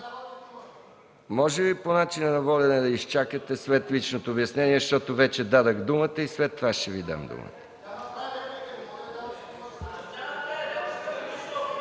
Може ли по начина на водене да изчакате личното обяснение, защото вече дадох думата и след това ще Ви дам думата.